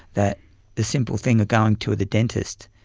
that the simple thing of going to the dentist,